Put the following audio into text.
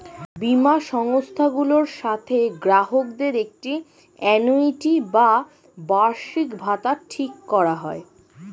বীমা সংস্থাগুলোর সাথে গ্রাহকদের একটি আ্যানুইটি বা বার্ষিকভাতা ঠিক করা হয়